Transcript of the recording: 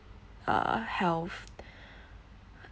uh health